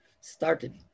started